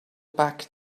back